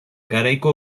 garaiko